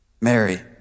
Mary